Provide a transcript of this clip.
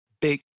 big